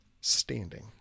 standing